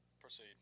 Proceed